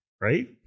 Right